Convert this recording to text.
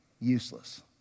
useless